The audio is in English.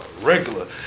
Regular